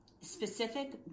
specific